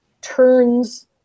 turns